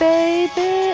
Baby